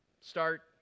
start